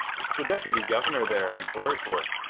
it's the deputy-governor there i'm sorry for.